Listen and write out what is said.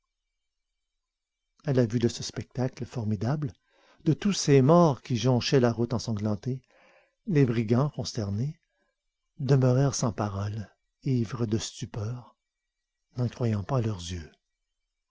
à la vue de ce spectacle formidable de tous ces morts qui jonchaient la route ensanglantée les brigands consternés demeurèrent sans parole ivres de stupeur n'en croyant par leurs yeux